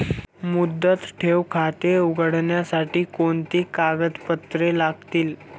मुदत ठेव खाते उघडण्यासाठी कोणती कागदपत्रे लागतील?